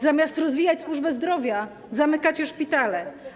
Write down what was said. Zamiast rozwijać służbę zdrowia, zamykacie szpitale.